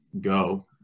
go